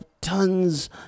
tons